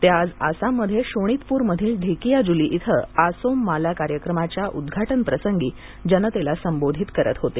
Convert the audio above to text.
ते आज आसाममध्ये शोणितपूरमधील ढेकियाजुली इथं आसोम माला कार्यक्रमाच्या उद्घाटनप्रसंगी जनतेला संबोधित करत होते